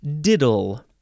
diddle